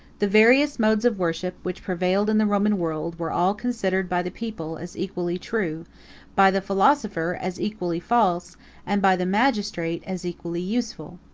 the various modes of worship, which prevailed in the roman world, were all considered by the people, as equally true by the philosopher, as equally false and by the magistrate, as equally useful.